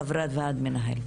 חברת ועד מנהל.